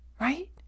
right